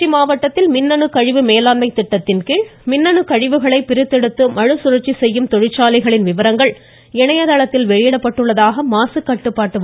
திருச்சி மாவட்டத்தில் மின்னணு கழிவு மேலாண்மை திட்டத்தின்கீழ் மின்னணு கழிவுகளை பிரித்தெடுத்து மறுசுழந்சி செய்யும் தொழிந்சாலைகளின் விபரங்கள் இணையதளத்தில் வெளியிடப்பட்டுள்ளதாக மாசுக்கட்டுப்பாட்டு வாரியம் தெரிவித்துள்ளது